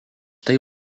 tai